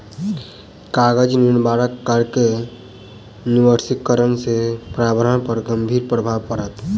कागज निर्माणक कारणेँ निर्वनीकरण से पर्यावरण पर गंभीर प्रभाव पड़ल